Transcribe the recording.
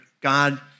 God